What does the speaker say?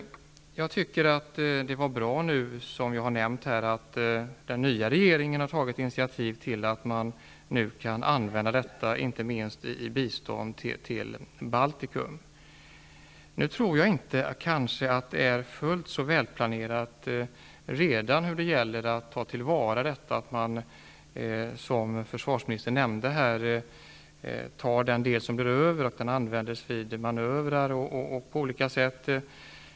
Jag tycker att det är bra att den nya regeringen nu har tagit initiativ till att man kan använda detta i bistånd till Baltikum. Jag tror kanske inte att det är fullt så välplanerat när det gäller att ta till vara detta, som försvarsministern nämnde, och att den del som blir över används vid manövrar och på olika sätt.